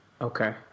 Okay